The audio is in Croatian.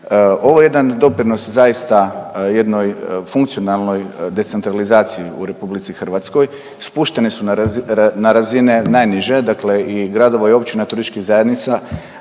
Ovo je jedan doprinos zaista jednoj funkcionalnoj decentralizaciji u RH, spuštene su na razine najniže, dakle i gradova i općina, TZ-a, dakle